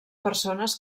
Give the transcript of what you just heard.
persones